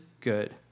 good